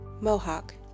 Mohawk